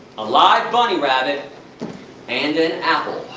a live bunny rabbit and an apple.